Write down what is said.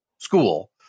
school